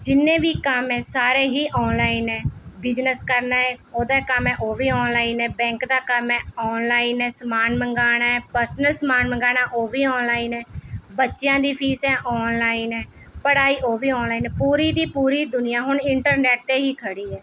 ਜਿੰਨੇ ਵੀ ਕੰਮ ਹੈ ਸਾਰੇ ਹੀ ਔਨਲਾਈਨ ਹੈ ਬਿਜਨਸ ਕਰਨਾ ਏ ਉਹਦਾ ਕੰਮ ਹੈ ਉਹ ਵੀ ਔਨਲਾਈਨ ਬੈਂਕ ਦਾ ਕੰਮ ਹੈ ਔਨਲਾਈਨ ਸਮਾਨ ਮੰਗਾਉਣਾ ਪਰਸਨਲ ਸਮਾਨ ਮੰਗਾਉਣਾ ਉਹ ਵੀ ਔਨਲਾਈਨ ਹੈ ਬੱਚਿਆਂ ਦੀ ਫੀਸ ਹੈ ਔਨਲਾਈਨ ਹੈ ਪੜ੍ਹਾਈ ਉਹ ਵੀ ਔਨਲਾਈਨ ਪੂਰੀ ਦੀ ਪੂਰੀ ਦੁਨੀਆਂ ਹੁਣ ਇੰਟਰਨੈਟ 'ਤੇ ਹੀ ਖੜ੍ਹੀ ਹੈ